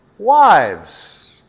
Wives